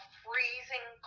freezing